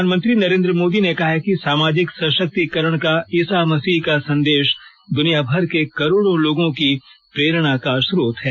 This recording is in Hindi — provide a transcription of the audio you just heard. प्रधानमंत्री नरेन्द्र मोदी ने कहा है कि सामाजिक सशक्तीकरण का ईसा मसीह का संदेश दुनियाभर के करोड़ों लोगों की प्रेरणा का स्रोत है